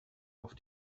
auf